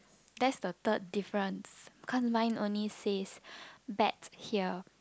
that's the third difference cause mine only says bets here